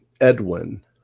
Edwin